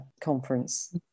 conference